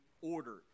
order